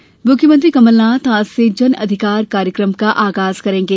जन अधिकार मुख्यमंत्री कमलनाथ आज से जन अधिकार कार्यक्रम का आगाज करेंगे